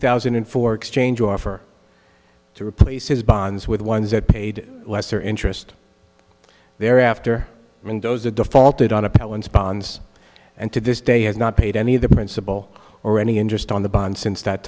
thousand and four exchange offer to replace his bonds with ones that paid less or interest thereafter mendoza defaulted on a balance bonds and to this day has not paid any of the principal or any interest on the bond